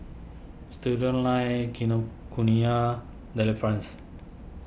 Studioline Kinokuniya Delifrance